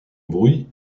bruit